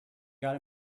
got